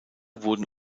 wurden